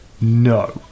no